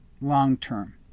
long-term